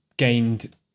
gained